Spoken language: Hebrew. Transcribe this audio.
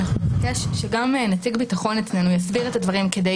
אנחנו נבקש שגם נציג ביטחון אצלנו יסביר את הדברים כדי